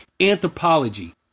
anthropology